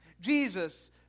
Jesus